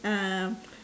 uh